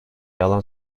yalan